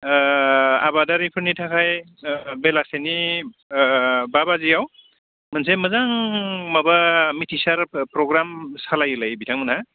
आबादारिफोरनि थाखाय बेलासिनि बा बाजियाव मोनसे मोजां माबा मिथिसार प्रग्राम सालायोलाय बिथांमोना